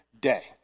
day